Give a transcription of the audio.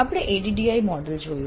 અને આપણે ADDIE model જોયું